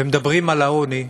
ומדברים על העוני,